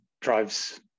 drives